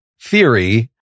theory